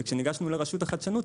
וכשניגשנו לרשות החדשנות,